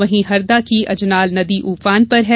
वहीं हरदा की अजनाल नदी ऊफान पर है